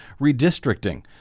redistricting